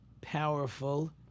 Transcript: powerful